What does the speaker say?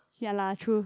ya lah true